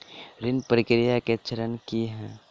ऋण प्रक्रिया केँ चरण की है?